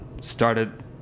started